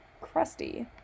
crusty